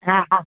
हा हा